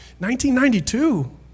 1992